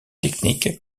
techniques